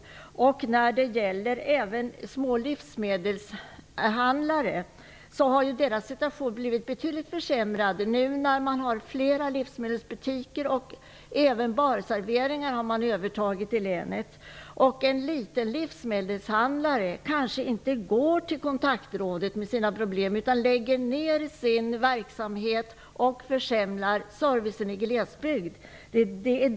Situationen har blivit betydligt försämrad även för små livsmedelshandlare, och Samhall har i länet övertagit flera livsmedelsbutiker och även barserveringar. Ägaren av en liten livsmedelshandel kanske inte går till Kontaktrådet med sina problem utan lägger ner sin verksamhet och försämrar därigenom servicen i glesbygd.